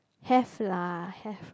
have lah have